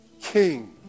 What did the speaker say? king